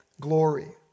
glory